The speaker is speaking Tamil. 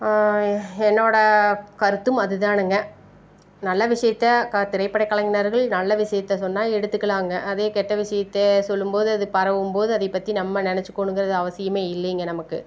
என்னோடய கருத்தும் அதுதானுங்க நல்ல விஷயத்த க திரைப்பட கலைஞர்கள் நல்ல விஷயத்த சொன்னால் எடுத்துக்கலாங்க அதே கெட்ட விஷயத்த சொல்லும் போது அது பரவும் போது அதைய பற்றி நம்ம நினச்சுக்கோணுங்கிறது அவசியமே இல்லைங்க நமக்கு